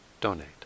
donate